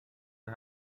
are